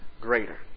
greater